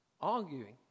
arguing